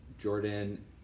Jordan